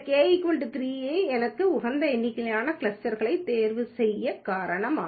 இந்த கே 3 ஐ எனது உகந்த எண்ணிக்கையிலான கிளஸ்டர்களாக தேர்வு செய்ய இதுவே காரணம்